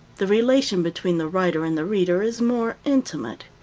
the relation between the writer and the reader is more intimate.